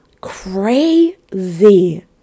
crazy